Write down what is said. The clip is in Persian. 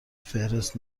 فهرست